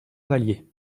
vallier